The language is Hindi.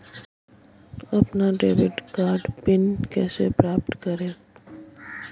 अपना डेबिट कार्ड पिन कैसे प्राप्त करें?